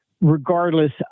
regardless